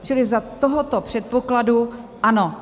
Čili za tohoto předpokladu ano.